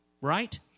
right